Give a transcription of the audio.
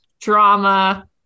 drama